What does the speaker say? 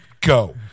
go